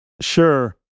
Sure